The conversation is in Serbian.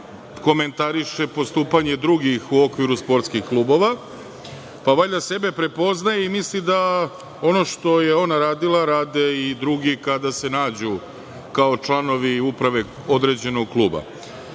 komentariše postupanje drugih u okviru sportskih klubova, pa valjda sebe prepoznaje i misli da ono što je ona radila rade i drugi kada se nađu kao članovi uprave određenog kluba.